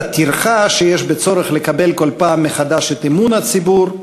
את הטרחה שיש בצורך לקבל כל פעם מחדש את אמון הציבור,